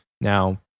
Now